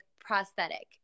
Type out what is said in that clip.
prosthetic